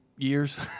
years